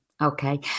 okay